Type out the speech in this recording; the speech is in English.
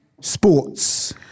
sports